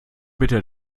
bitte